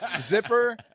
Zipper